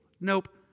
Nope